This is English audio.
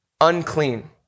unclean